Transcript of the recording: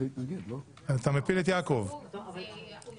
הצבעה בעד ההצעה להעביר את הצעת החוק לדיון בוועדת החוקה,